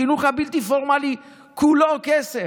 החינוך הבלתי-פורמלי כולו כסף.